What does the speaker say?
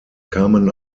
kamen